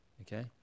Okay